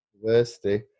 university